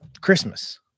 Christmas